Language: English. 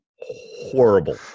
horrible